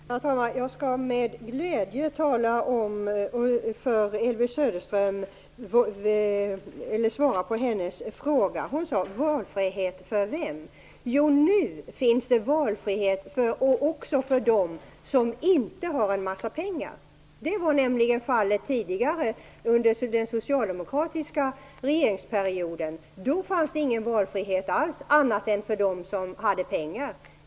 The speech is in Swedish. Herr talman! Jag skall med glädje svara Elvy Söderström när hon frågar: Valfrihet för vem? Jo, nu finns det valfrihet också för dem som inte har en massa pengar. Under den socialdemokratiska regeringsperioden fanns det ju ingen valfrihet alls annat än för dem som hade pengar.